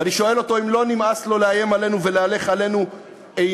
ואני שואל אותו אם לא נמאס לו לאיים עלינו ולהלך עלינו אימים,